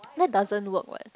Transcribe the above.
that doesn't work what